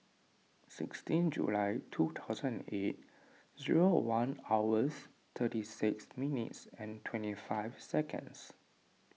sixteen July two thousand eight one hours thirty six minutes twenty five seconds